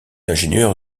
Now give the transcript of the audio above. ingénieur